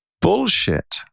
bullshit